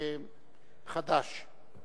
וחד"ש.